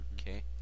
Okay